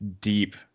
deep